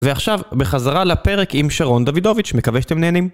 ועכשיו בחזרה לפרק עם שרון דודוביץ', מקווה שאתם נהנים.